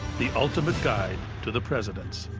the ultimate guide to the presidents.